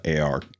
AR